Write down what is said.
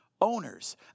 owners